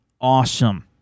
awesome